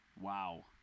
Wow